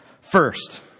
First